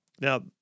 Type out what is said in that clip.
Now